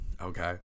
okay